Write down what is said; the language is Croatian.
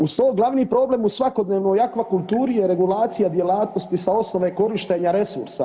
Uz to glavni problem u svakodnevnoj akvakulturi je regulacija djelatnosti sa osnove korištenja resursa.